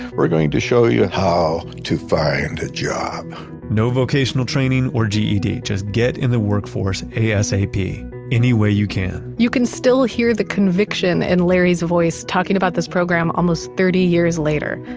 we're going to show you how to find a job no vocational training or ged. just get in the workforce asap any way you can you can still hear the conviction and larry's voice talking about this program almost thirty years later.